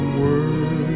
words